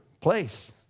place